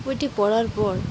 বইটি পড়ার পর